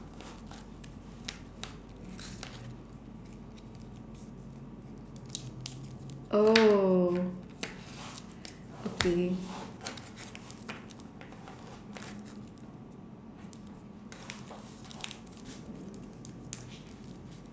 oh okay